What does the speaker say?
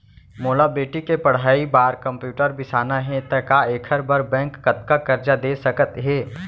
मोला बेटी के पढ़ई बार कम्प्यूटर बिसाना हे त का एखर बर बैंक कतका करजा दे सकत हे?